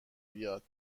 بیاد